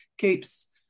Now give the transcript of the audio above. Coops